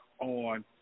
on